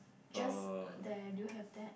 just uh there do you have that